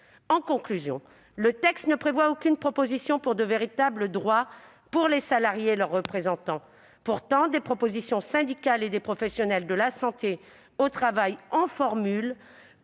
En conclusion, le texte ne prévoit aucune proposition pour de véritables droits pour les salariés et leurs représentants. Pourtant, les syndicats et les professionnels de la santé au travail en formulent